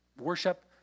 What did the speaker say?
worship